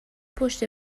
پشت